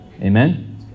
Amen